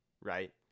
right